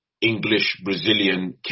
English-Brazilian